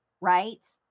right